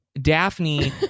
daphne